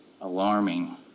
alarming